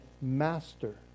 Master